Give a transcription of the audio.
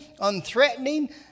unthreatening